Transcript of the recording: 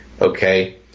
Okay